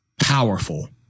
powerful